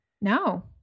No